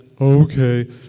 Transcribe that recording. Okay